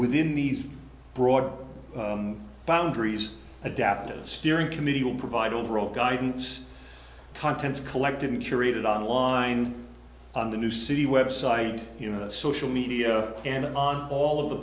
within these broad boundaries adaptive steering committee will provide overall guidance contents collective material and on line on the new city website you know the social media and on all of the